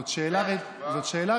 זאת שאלה רטורית.